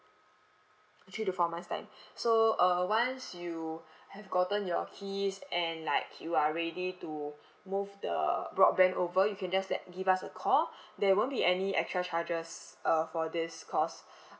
three to four months' time so uh once you have gotten your keys and like you are ready to move the broadband over you can just let give us a call there won't be any extra charges uh for this cause